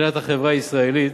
מבחינת החברה הישראלית